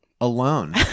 alone